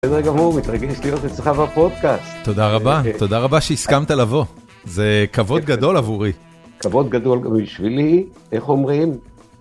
בסדר גמור, מתרגש להיות איתך בפודקאסט. תודה רבה, תודה רבה שהסכמת לבוא, זה כבוד גדול עבורי. כבוד גדול גם בשבילי, איך אומרים?